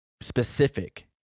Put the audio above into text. specific